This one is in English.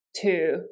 two